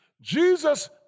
Jesus